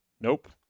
nope